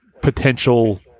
potential